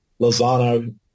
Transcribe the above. Lozano